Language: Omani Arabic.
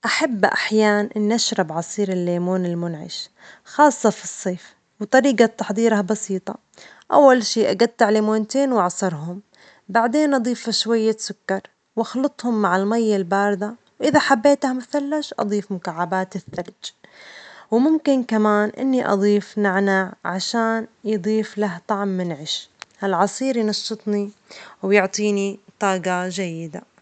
أحب أحيانًا إني أشرب عصير الليمون المنعش، خاصة في الصيف، وطريجة تحضيره بسيطة، أول شيء أقطع ليمونتين وأعصرهم، بعدين أضيف شوية سكر وأخلطهم مع المي الباردة، وإذا حبيتها مثلجة أضيف مكعبات الثلج، وممكن كمان إني أضيف نعناع عشان يضيف له طعم منعش، العصير ينشطني ويعطيني طاجة جيدة.